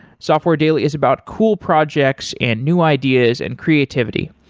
software daily is about cool projects and new ideas and creativity.